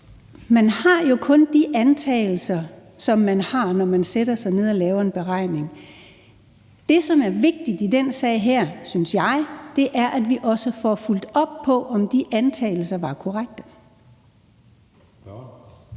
Man har jo kun de antagelser, som man har, når man sætter sig ned og laver en beregning. Det, som er vigtigt i den sag her, synes jeg, er, at vi også får fulgt op på, om de antagelser var korrekte.